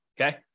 Okay